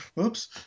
Oops